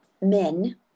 men